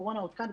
הקורונה עוד כאן.